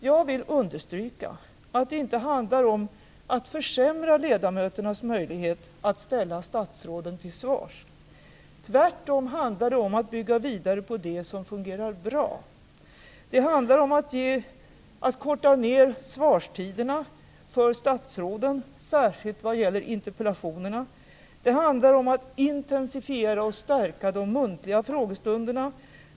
Jag vill understryka att det inte handlar om att försämra ledamöternas möjlighet att ställa statsråden till svars. Tvärtom handlar det om att bygga vidare på det som fungerar bra. Det handlar om att korta ned svarstiderna för statsråden, särskilt vad gäller interpellationerna. Det handlar om att intensifiera och stärka de muntliga frågestunderna.